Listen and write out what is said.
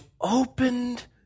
opened